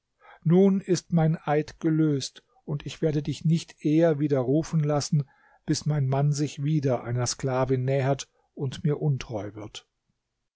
nun ist mein eid gelöst und ich werde dich nicht eher wieder rufen lassen bis mein mann sich wieder einer sklavin nähert und mir untreu wird